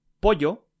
pollo